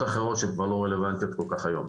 אחרות שכבר לא רלוונטיות כל כך היום.